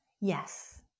Yes